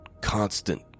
Constant